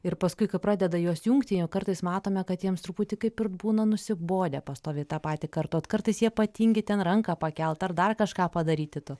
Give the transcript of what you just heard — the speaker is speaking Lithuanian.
ir paskui kai pradeda juos jungti jie kartais matome kad jiems truputį kaip ir būna nusibodę pastoviai tą patį kartot kartais jie patingi ten ranką pakelt ar dar kažką padaryti to